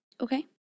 Okay